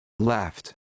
Left